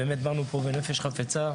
באנו לכאן בנפש חפצה,